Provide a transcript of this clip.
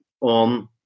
on